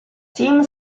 tim